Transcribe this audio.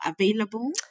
available